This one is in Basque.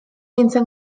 nintzen